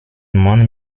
mann